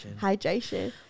Hydration